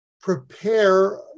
prepare